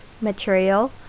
material